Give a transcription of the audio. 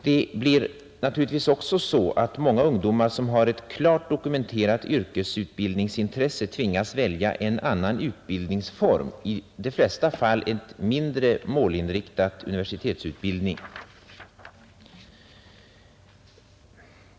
Det blir naturligtvis också så att många ungdomar, som har ett klart dokumenterat yrkesutbildningsintresse tvingas välja en annan utbildningsform, i de flesta fall en mindre målinriktad universitetsutbildning.